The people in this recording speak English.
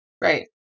Right